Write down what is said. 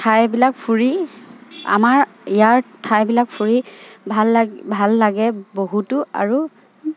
ঠাইবিলাক ফুৰি আমাৰ ইয়াৰ ঠাইবিলাক ফুৰি ভাল লাগে ভাল লাগে বহুতো আৰু